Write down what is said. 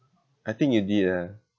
I think you did ah